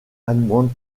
allemandes